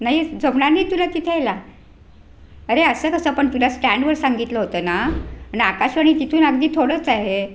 नाही जमणार नाही तुला तिथे यायला अरे असं कसं पण तुला स्टँडवर सांगितलं होतं ना आणि आकाशवाणी तिथून अगदी थोडंच आहे